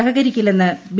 സഹകരിക്കില്ലെന്ന് B